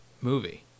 movie